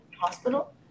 hospital